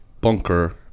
bunker